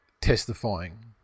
testifying